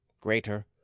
greater